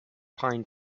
pine